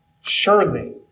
Surely